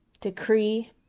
decree